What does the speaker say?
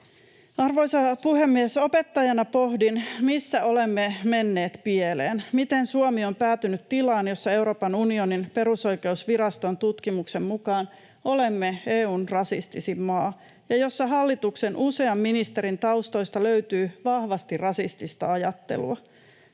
Arvoisa puhemies! Opettajana pohdin, missä olemme menneet pieleen, miten Suomi on päätynyt tilaan, jossa Euroopan unionin perusoikeusviraston tutkimuksen mukaan olemme EU:n rasistisin maa ja jossa hallituksen usean ministerin taustoista löytyy vahvasti rasistista ajattelua.